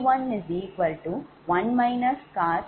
851